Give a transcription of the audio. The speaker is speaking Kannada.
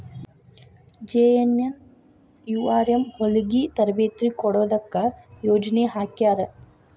ಜೆ.ಎನ್.ಎನ್.ಯು.ಆರ್.ಎಂ ಹೊಲಗಿ ತರಬೇತಿ ಕೊಡೊದಕ್ಕ ಯೊಜನೆ ಹಾಕ್ಯಾರ